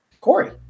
Corey